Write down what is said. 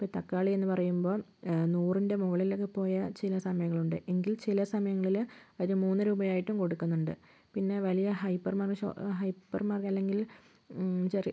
ഇപ്പം തക്കാളി എന്ന് പറയുമ്പോൾ നൂറിൻ്റെ മുകളിലൊക്കെ പോയ ചില സമയങ്ങളുണ്ട് എങ്കിൽ ചില സമയങ്ങളിൽ അവർ മൂന്നു രൂപയായിട്ടും കൊടുക്കുന്നുണ്ട് പിന്നെ വലിയ ഹൈപ്പർ മാർക്ക ഷോ ഹൈപ്പർ മാർക്ക് അല്ലെങ്കിൽ ചെറിയ